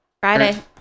Friday